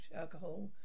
alcohol